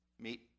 meet